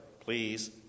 please